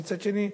ומצד שני,